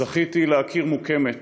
זכיתי להכיר מוכ"מת,